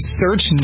search